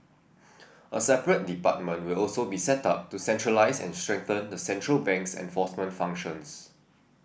a separate department will also be set up to centralise and strengthen the central bank's enforcement functions